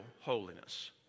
holiness